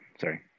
Sorry